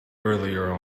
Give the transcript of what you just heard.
earlier